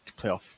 playoff